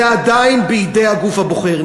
זה עדיין בידי הגוף הבוחר.